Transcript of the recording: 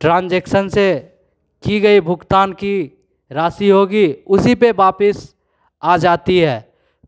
transaction से की गई भुगतान की राशि होगी उसी पर वापस आ जाती है